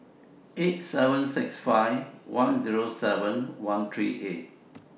eight seven six five one Zero seven one three eight